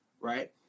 Right